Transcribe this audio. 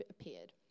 appeared